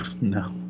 no